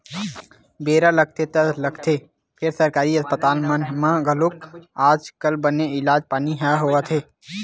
बेरा लगथे ता लगथे फेर सरकारी अस्पताल मन म घलोक आज कल बने इलाज पानी ह होथे